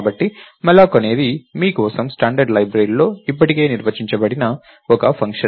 కాబట్టి malloc అనేది మీ కోసం stdlibలో ఇప్పటికే నిర్వచించబడిన ఒక ఫంక్షన్